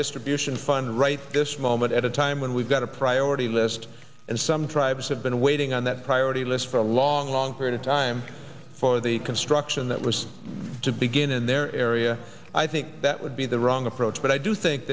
distribution fund right this moment at a time when we've got a priority list and some tribes have been waiting on that priority list for a long long period of time for the construction that was to begin in their area i think that would be the wrong approach but i do think